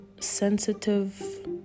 sensitive